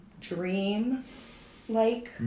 dream-like